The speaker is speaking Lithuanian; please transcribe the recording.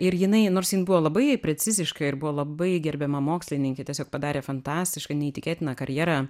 ir jinai nors jin buvo labai preciziška ir buvo labai gerbiama mokslininkė tiesiog padarė fantastišką neįtikėtiną karjerą